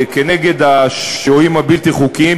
כנגד השוהים הבלתי-חוקיים,